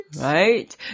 Right